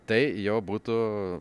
tai jau būtų